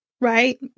right